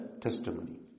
testimony